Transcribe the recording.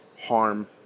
harm